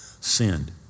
sinned